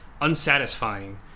unsatisfying